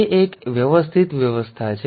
તે કરી શકે છે તે એક અવ્યવસ્થિત વ્યવસ્થા છે